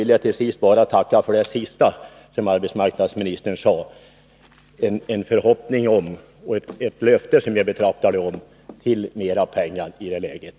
Slutligen vill jag bara tacka för det sista som arbetsmarknadsministern sade, som jag betraktar som ett löfte om mera pengar i det läget.